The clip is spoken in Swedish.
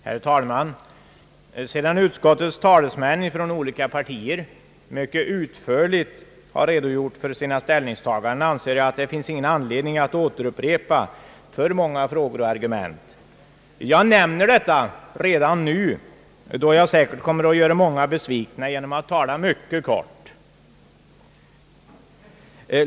Herr talman! Sedan utskottsledamöter från de olika partierna mycket ut förligt har redogjort för sina ställningstaganden anser jag att det finns ingen anledning att upprepa för många argument. Jag nämner detta redan nu då jag säkert kommer att göra många besvikna genom att tala mycket kort.